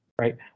right